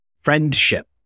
friendship